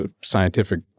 scientific